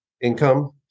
income